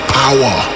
power